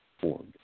formed